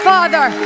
Father